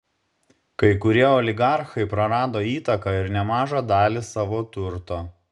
kai kurie oligarchai prarado įtaką ir nemažą dalį savo turto